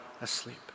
asleep